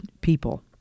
people